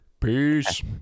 Peace